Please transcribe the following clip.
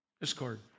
discord